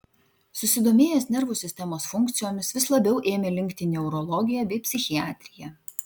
susidomėjęs nervų sistemos funkcijomis vis labiau ėmė linkti į neurologiją bei psichiatriją